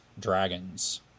dragons